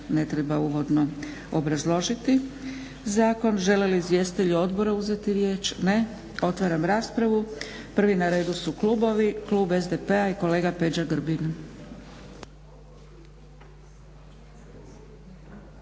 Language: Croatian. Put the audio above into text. ne treba uvodno obrazložiti zakon. Žele li izvjestitelji odbora uzeti riječ? Ne. Otvaram raspravu. Prvi na redu su klubovi. Klub SDP-a i kolega Peđa Grbin.